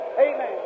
Amen